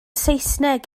saesneg